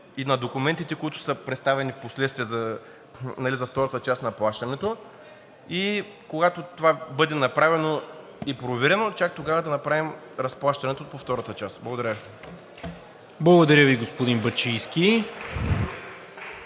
и на документите, които са представени впоследствие за втората част на плащането. Когато това бъде направено и проверено, чак тогава да направим разплащането по втората част. Благодаря Ви. ПРЕДСЕДАТЕЛ НИКОЛА МИНЧЕВ: Благодаря Ви, господин Бачийски.